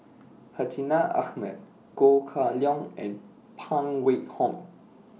Hartinah Ahmad Go Kah Leong and Phan Wait Hong